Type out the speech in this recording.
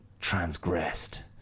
transgressed